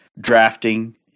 drafting